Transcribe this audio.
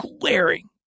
glaring